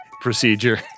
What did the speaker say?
procedure